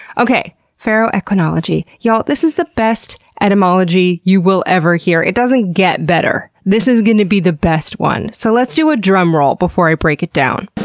okay! ferroequinology. y'all, this is the best etymology you will ever hear. it doesn't get better. this is going to be the best one, so let's do a drumroll before i break it down.